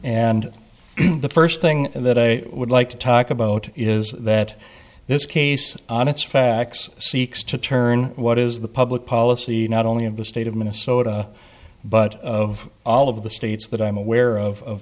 and the first thing that i would like to talk about is that this case on its facts seeks to turn what is the public policy not only of the state of minnesota but of all of the states that i'm aware of